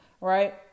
right